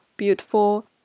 beautiful